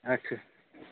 اچھا